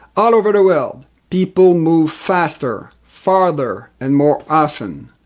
all over the world, people move faster, farther and more often,